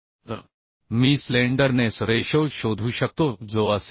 तर मी slenderness ratio शोधू शकतो जो असेल